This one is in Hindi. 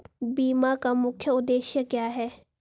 बीमा का मुख्य उद्देश्य क्या है?